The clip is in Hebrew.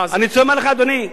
מה זה, אני אומר לך, אדוני,